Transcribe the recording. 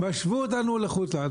שישוו אותנו לחוץ לארץ,